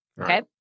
Okay